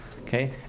Okay